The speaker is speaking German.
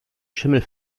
schimmel